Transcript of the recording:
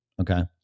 Okay